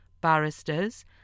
barristers